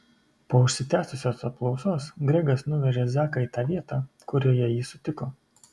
po užsitęsusios apklausos gregas nuvežė zaką į tą vietą kurioje jį sutiko